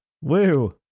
woo